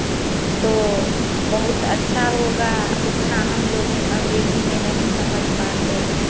तो बहुत अच्छा होगा उतना हम लोग अंग्रेजी में नहीं समझ पाते हैं